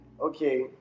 okay